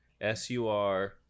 S-U-R-